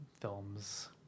films